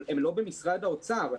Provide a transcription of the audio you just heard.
הם לא במשרד האוצר.